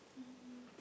um